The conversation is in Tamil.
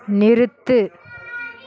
நிறுத்து